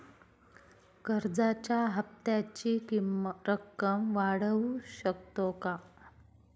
कर्जाच्या हप्त्याची रक्कम वाढवू शकतो का?